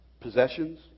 Possessions